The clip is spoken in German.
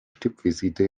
stippvisite